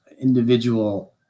individual